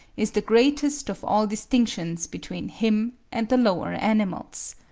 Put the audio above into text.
is the greatest of all distinctions between him and the lower animals.